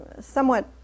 somewhat